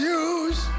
use